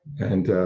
and